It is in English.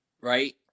right